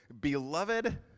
Beloved